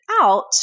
out